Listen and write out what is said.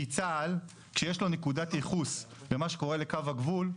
כשיש לו נקודת ייחוס למה שקורה לקו הגבול,